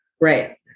Right